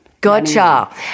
Gotcha